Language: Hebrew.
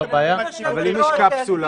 ובמידה ויש קפסולה?